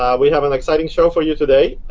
um we have an exciting show for you today.